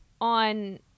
on